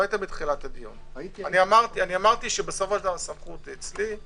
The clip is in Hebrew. אמרתי שהסמכות היא אצלי,